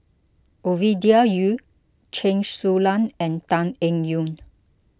Ovidia Yu Chen Su Lan and Tan Eng Yoon